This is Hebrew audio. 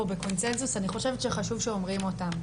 בקונצנזוס אני חושבת שחשוב שאומרים אותם,